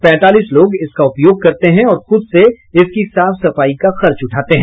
पैंतालीस लोग इसका उपयोग करते हैं और खुद से इसकी साफ सफाई का खर्च उठाते हैं